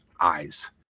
eyes